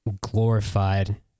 glorified